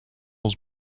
was